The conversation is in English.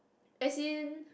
as in